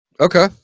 Okay